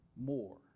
more